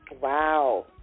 Wow